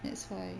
that's why